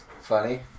funny